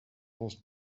was